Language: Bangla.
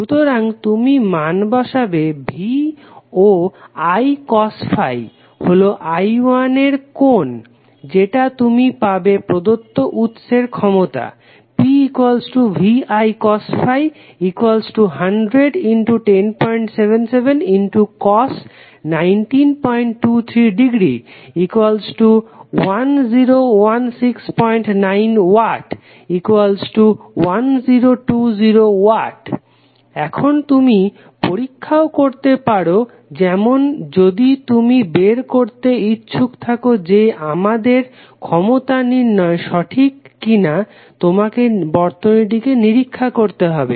সুতরাং তুমি মান বসাবে V ও I cos φ হলো I1 এর কোণ যেটা তুমি পাবে প্রদত্ত উৎসের ক্ষমতা P VI cos φ 1077 cos 1923◦ 10169W 1020W এখন তুমি পরীক্ষাও করতে পারো যেমন যদি তুমি বের করতে ইচ্ছুক থাক যে আমাদের ক্ষমতা নির্ণয় সঠিক কিনা তোমাকে বর্তনীটিকে নিরিক্ষা করতে হবে